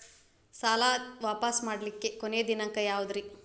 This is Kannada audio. ಸಾಲಾ ವಾಪಸ್ ಮಾಡ್ಲಿಕ್ಕೆ ಕೊನಿ ದಿನಾಂಕ ಯಾವುದ್ರಿ?